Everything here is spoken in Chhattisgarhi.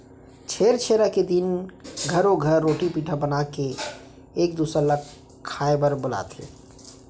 छेरछेरा के दिन घरो घर रोटी पिठा बनाके एक दूसर ल खाए बर बलाथे